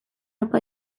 opa